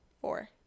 four